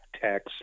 tax